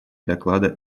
доклада